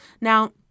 Now